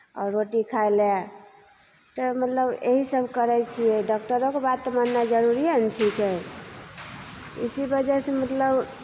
आओर रोटी खाइ लए तऽ मतलब यहीसभ करै छियै डाक्टरोके बात तऽ माननाइ जरुरिए ने छिकै इसी वजहसँ मतलब